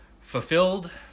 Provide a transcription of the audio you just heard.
fulfilled